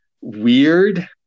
weird